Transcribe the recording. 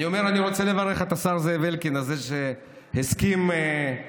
אני אומר שאני רוצה לברך את השר זאב אלקין על זה שהסכים איתנו,